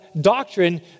doctrine